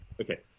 Okay